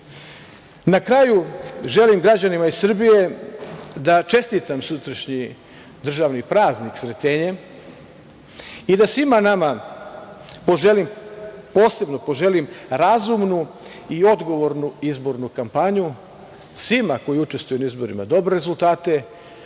kraju, želim građanima iz Srbije da čestitam sutrašnji državni praznik Sretenje i da svima nama posebno poželim razumnu i odgovornu izbornu kampanju, svima koji učestvuju na izborima dobre rezultate,